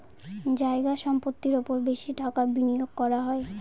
জায়গা সম্পত্তির ওপর বেশি টাকা বিনিয়োগ করা হয়